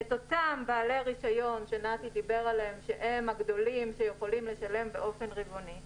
נוכל לראות את אותם בעלי הרישיון הגדולים שיכולים לשלם באופן רבעוני.